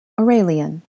Aurelian